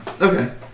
Okay